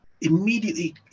immediately